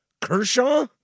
Kershaw